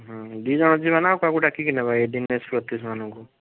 ହଁ ଦୁଇ ଜଣ ଯିବାନା ଆଉ କାହାକୁ ଡାକିକି ନେବା ଏଇ ଦିନେଶ ସତିଶ ମାନଙ୍କୁ